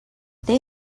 they